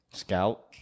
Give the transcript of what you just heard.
Scout